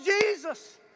Jesus